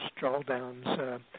drawdowns